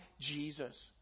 Jesus